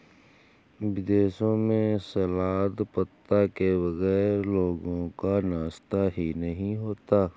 विदेशों में सलाद पत्ता के बगैर लोगों का नाश्ता ही नहीं होता